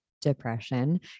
depression